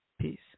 Peace